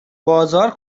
بازار